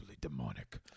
demonic